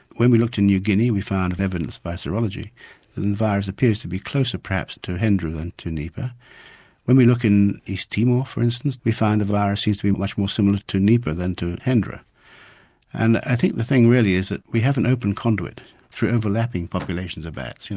when we looked in new guinea we found evidence by serology that the and virus appears to be closer perhaps to hendra than to nipah when we look in east timor for instance we find the virus seems to be much more similar to nipah than to hendra and i think the thing really is that we have an open conduit through overlapping populations of bats,